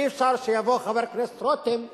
אי-אפשר שיבוא חבר הכנסת רותם ויגיש,